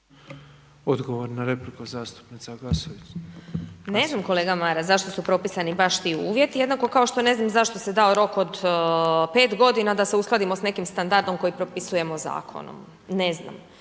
odgovor na repliku zastupnik